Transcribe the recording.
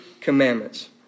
commandments